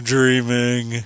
Dreaming